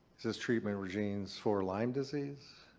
says treatment regimens for lyme disease.